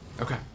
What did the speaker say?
Okay